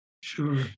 Sure